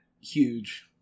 huge